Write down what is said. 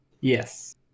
yes